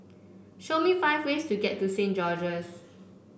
show me five ways to get to Saint George's